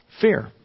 Fear